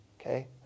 okay